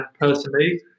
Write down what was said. personally